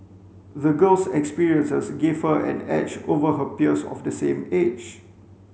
the girl's experiences gave her an edge over her peers of the same age